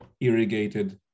irrigated